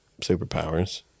superpowers